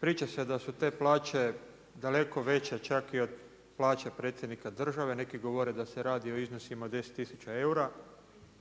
Priča se da su te plaće daleko veće čak i od plaće predsjednika države, neki govore da se radi o iznosima od 10 tisuća eura.